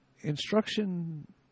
instruction